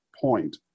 point